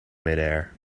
midair